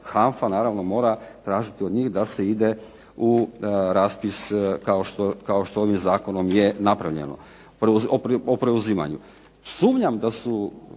HANFA naravno mora tražiti od njih da se ide u raspis kao što ovdje zakonom je napravljeno o preuzimanju. Sumnjam da su,